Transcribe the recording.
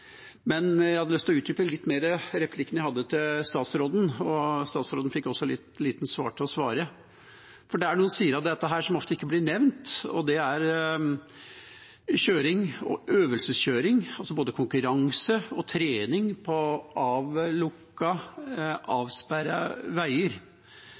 Men jeg har lyst til å utdype litt mer replikken jeg hadde til statsråden. Statsråden fikk også litt liten tid til å svare. Det er noen sider av dette som ofte ikke blir nevnt, og det er kjøring og øvelsekjøring, både konkurranse og trening, på